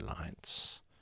lights